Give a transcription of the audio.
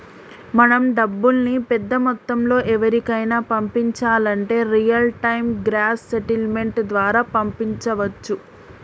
మనం డబ్బుల్ని పెద్ద మొత్తంలో ఎవరికైనా పంపించాలంటే రియల్ టైం గ్రాస్ సెటిల్మెంట్ ద్వారా పంపించవచ్చు